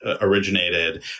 originated